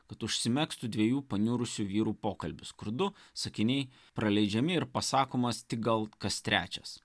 kad užsimegztų dviejų paniurusių vyrų pokalbis kur du sakiniai praleidžiami ir pasakomas tik gal kas trečias